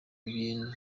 bintu